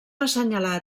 assenyalar